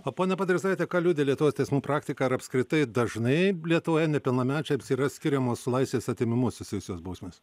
pone padrecaite ką liudija lietuvos teismų praktika ar apskritai dažnai lietuvoje nepilnamečiams yra skiriamos su laisvės atėmimu susijusios bausmės